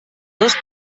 dos